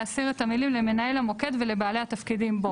להסיר את המילים "למנהל המוקד ולבעלי התפקידים בו".